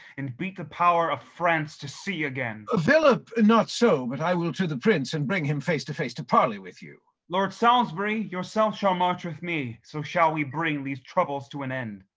and beat the power of france to sea again. ah philip, and not so, but i will to the prince, and bring him face to face to parley with you. lord salisbury, yourself shall march with me, so shall we bring these troubles to an end.